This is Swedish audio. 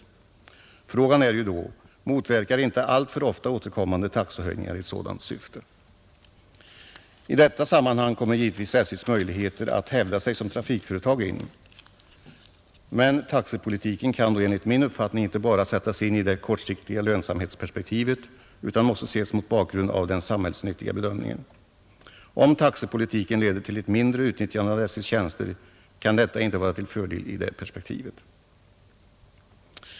Men frågan är då: Motverkar inte alltför ofta återkommande taxehöjningar ett sådant syfte? I detta sammanhang kommer givetvis SJ:s möjligheter att hävda sig som trafikföretag in. Men taxepolitiken kan då enligt min uppfattning inte bara sättas in i det kortsiktiga lönsamhetsperspektivet utan måste ses mot bakgrund av den samhällsnyttiga bedömningen. Om taxepolitiken leder till ett mindre utnyttjande av SJ:s tjänster, så kan detta inte vara till fördel i det perspektivet.